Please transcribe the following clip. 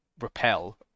repel